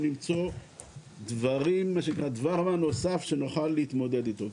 למצוא דבר מה נוסף שנוכל להתמודד איתו.